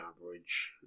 average